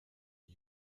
die